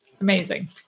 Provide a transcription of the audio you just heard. amazing